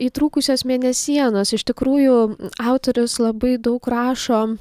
įtrūkusios mėnesienos iš tikrųjų autorius labai daug rašo